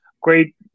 great